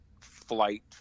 flight